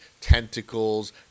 tentacles